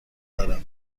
دارم